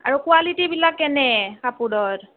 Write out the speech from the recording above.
আৰু কোৱালিটিবিলাক কেনে কাপোৰৰ